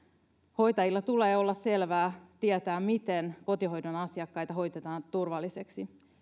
hoitajille tulee olla selvää ja heidän tulee tietää miten kotihoidon asiakkaita hoidetaan